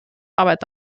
arbeit